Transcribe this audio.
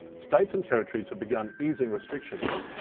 states and territories have begun easing restrictions.